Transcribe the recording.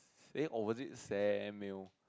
eh oh was it Samuel